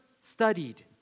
studied